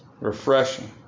Refreshing